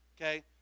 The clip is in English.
okay